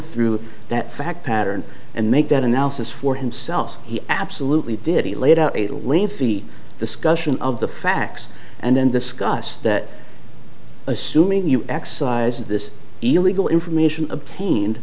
through that fact pattern and make that analysis for himself he absolutely did he laid out a lengthy discussion of the facts and then discuss that assuming you excised this illegal information obtained